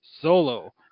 solo